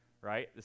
right